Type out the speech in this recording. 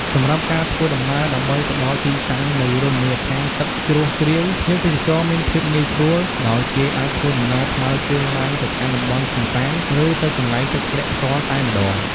សម្រាប់ការធ្វើដំណើរដើម្បីទៅដល់ទីតាំងនៃរមណីយដ្ឋានទឹកជ្រោះជ្រាវ ភ្ញៀវទេសចរមានភាពងាយស្រួលដោយគេអាចធ្វើដំណើរថ្មើរជើងឡើងទៅកាន់តំបន់កម្សាន្តឬទៅកន្លែងទឹកធ្លាក់ផ្ទាល់តែម្តង ។